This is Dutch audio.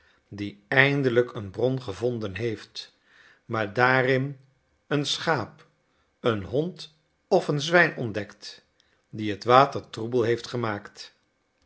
die eindelijk een bron gevonden heeft maar daarin een schaap een hond of een zwijn ontdekt die het water troebel heeft gemaakt